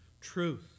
Truth